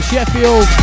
Sheffield